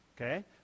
Okay